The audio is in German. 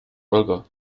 olga